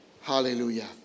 Hallelujah